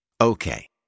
Okay